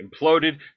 imploded